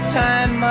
time